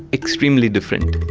extremely different.